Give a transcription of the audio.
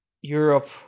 Europe